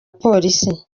polisi